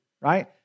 right